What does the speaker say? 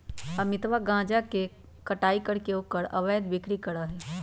अमितवा गांजा के कटाई करके ओकर अवैध बिक्री करा हई